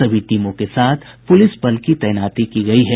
सभी टीमों के साथ पुलिस बल की तैनाती की गयी है